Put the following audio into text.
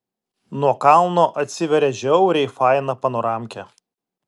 nuo kalno atsiveria žiauriai faina panoramkė